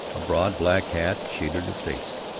a broad black hat shaded her face.